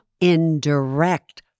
indirect